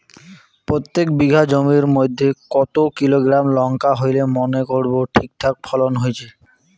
প্রত্যেক বিঘা জমির মইধ্যে কতো কিলোগ্রাম লঙ্কা হইলে মনে করব ঠিকঠাক ফলন হইছে?